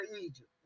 Egypt